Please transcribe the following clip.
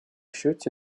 счете